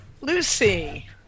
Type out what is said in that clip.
Lucy